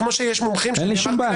כמו שיש מומחים --- אין לי שום בעיה,